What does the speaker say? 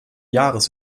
jahres